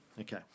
Okay